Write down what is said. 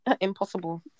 Impossible